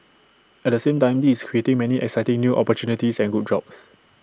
at the same time this is creating many exciting new opportunities and good jobs